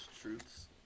truths